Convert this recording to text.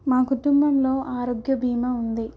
మా కుటుంబంలో ఆరోగ్య భీమా ఉంది